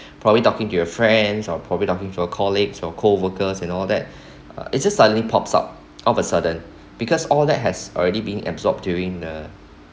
it probably talking to your friends or probably talking for colleagues or coworkers and all that uh it's just suddenly pops out of a sudden because all that has already been absorbed during the